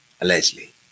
allegedly